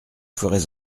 ferez